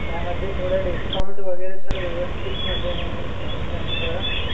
त्यामध्ये थोडं डिस्काऊंट वगैरे सर व्यवस्थितमध्ये लावूनशनी थोडं